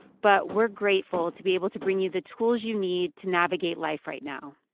but we're grateful to be able to bring you the tools you need to navigate life right now.